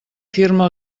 firma